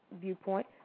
viewpoint